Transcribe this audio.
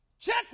check